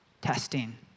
testing